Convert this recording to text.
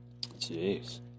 jeez